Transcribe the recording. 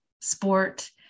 sport